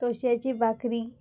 तोवश्याची बाकरी